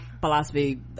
philosophy